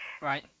Right